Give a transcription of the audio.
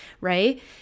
right